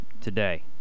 today